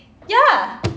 ya